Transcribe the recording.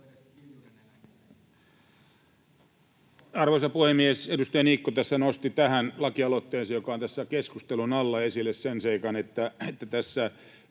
Arvoisa puhemies! Edustaja Niikko nosti tästä lakiesityksestä, joka on tässä keskustelun alla, esille sen seikan, että tässä